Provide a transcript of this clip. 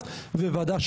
תודה.